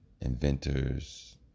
inventors